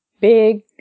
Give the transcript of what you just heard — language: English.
big